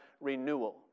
renewal